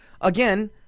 again